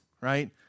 right